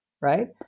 Right